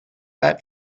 that